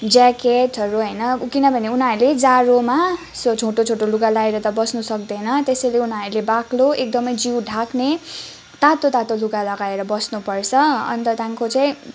ज्याकेटहरू होइन किनभने उनीहरूले जाडोमा छोटो छोटो लुगा लाएर त बस्नु सक्दैन त्यसैले उनीहरूले बाक्लो एकदमै जिउ ढाक्ने तातो तातो लुगा लगाएर बस्नुपर्छ अन्त त्यहाँदेखिको चाहिँ